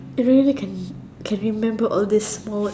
really can can remember all these small words